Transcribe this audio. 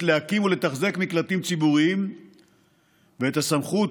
להקים ולתחזק מקלטים ציבוריים ואת הסמכות